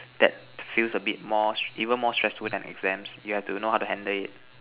that feels a bit more stressful even more stressful than exams you have to know how to handle it